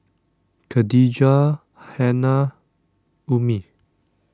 Khadija Hana Ummi